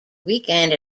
weekend